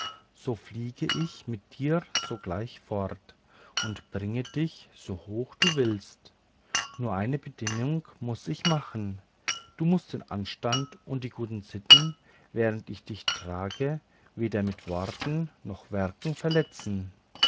so fliege ich mit dir sogleich fort und bringe dich so hoch du willst nur eine bedingung muß ich machen du mußt den anstand und die guten sitten während ich dich trage weder mit worten noch werken verletzen